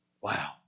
Wow